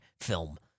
film